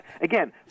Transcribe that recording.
Again